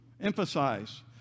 emphasize